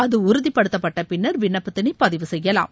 அது உறுதிபடுத்தப்பட்ட பின்னர் விண்ணப்பத்தினை பதிவு செய்யலாம்